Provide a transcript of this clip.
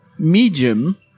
medium